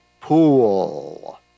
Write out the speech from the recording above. pool